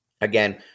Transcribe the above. Again